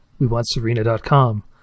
WeWantSerena.com